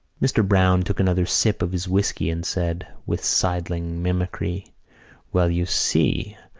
mr. browne took another sip of his whisky and said, with sidling mimicry well, you see,